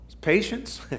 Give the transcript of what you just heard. patience